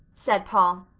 said paul,